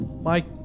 Mike